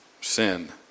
Sin